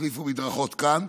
החליפו מדרכות כאן,